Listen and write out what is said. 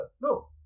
No